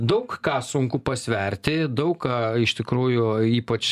daug ką sunku pasverti daug ką iš tikrųjų ypač